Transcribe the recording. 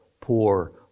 poor